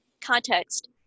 context